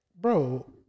bro